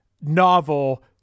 novel